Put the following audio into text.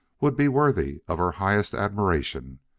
would be worthy of our highest admiration.